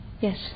Yes